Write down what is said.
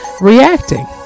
reacting